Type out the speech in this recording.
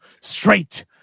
straight